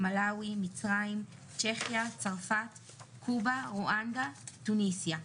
מלאווי; מצרים; צ'כיה; צרפת; קובה; רואנדה; תוניסיה,